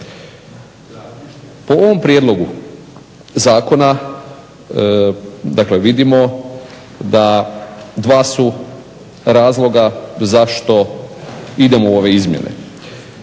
Po ovom prijedlogu zakona vidimo da dva su razloga zašto idemo u ove izmjene.